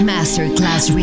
Masterclass